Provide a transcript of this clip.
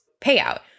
payout